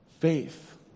Faith